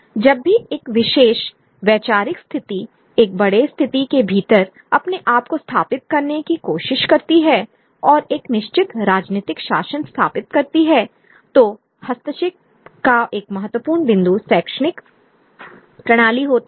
जब भी एक विशेष वैचारिक स्थिति एक बड़े स्थिति के भीतर अपने आप को स्थापित करने की कोशिश करती है और एक निश्चित राजनीतिक शासन स्थापित करती है तो हस्तक्षेप का एक महत्वपूर्ण बिंदु शैक्षणिक प्रणाली होता है